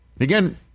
Again